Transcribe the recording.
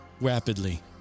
rapidly